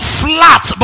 flat